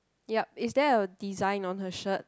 yup is there a design on her shirt